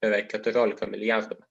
yra keturiolika milijardųmetų